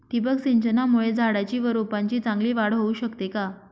ठिबक सिंचनामुळे झाडाची व रोपांची चांगली वाढ होऊ शकते का?